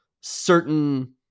certain